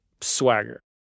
swagger